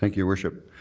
like your worship.